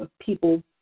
people